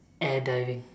air diving